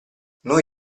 noi